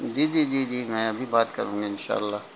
جی جی جی جی میں ابھی بات کروں گی انشاء اللہ